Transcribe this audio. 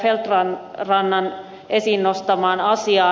feldt rannan esiin nostamaan asiaan